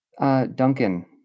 Duncan